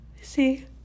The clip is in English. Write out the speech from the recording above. See